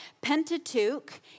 Pentateuch